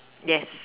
yes